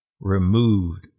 removed